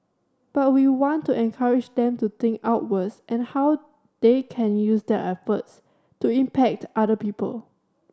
but we want to encourage them to think outwards and how they can use their efforts to impact other people